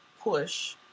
push